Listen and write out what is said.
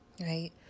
right